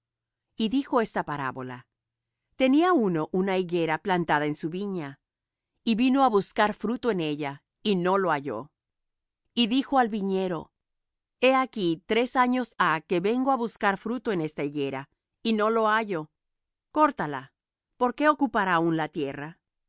y dijo esta parábola tenía uno una higuera plantada en su viña y vino á buscar fruto en ella y no lo halló y dijo al viñero he aquí tres años ha que vengo á buscar fruto en esta higuera y no lo hallo córtala por qué ocupará aún la tierra